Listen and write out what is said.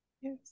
Yes